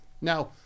Now